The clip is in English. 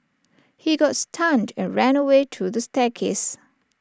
he got stunned and ran away to the staircase